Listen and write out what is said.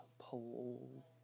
Pull